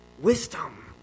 wisdom